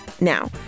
Now